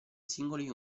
singoli